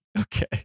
Okay